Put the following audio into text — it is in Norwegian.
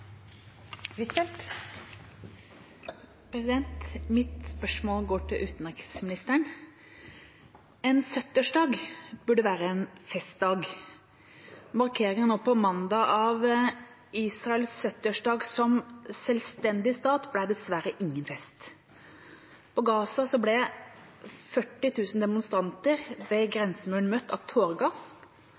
Mitt spørsmål går til utenriksministeren. En 70-årsdag burde være en festdag. Markeringen nå på mandag av Israels 70-årsdag som selvstendig stat ble dessverre ingen fest. På Gaza ble 40 000 demonstranter ved grensemuren møtt